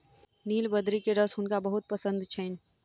नीलबदरी के रस हुनका बहुत पसंद छैन